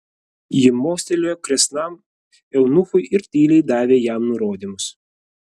ji mostelėjo kresnam eunuchui ir tyliai davė jam nurodymus